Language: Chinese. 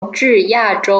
乔治亚州